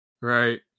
Right